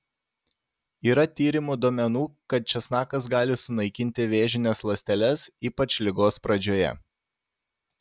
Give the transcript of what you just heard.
yra tyrimų duomenų kad česnakas gali sunaikinti vėžines ląsteles ypač ligos pradžioje